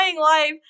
life